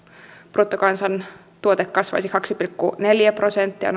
bruttokansantuote kasvaisi kaksi pilkku neljä prosenttia